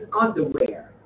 underwear